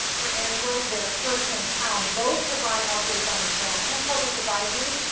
for android, there's hurricane hound. both provide updates on the storm and public advisories.